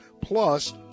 plus